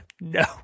No